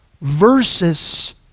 versus